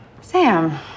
Sam